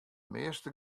measte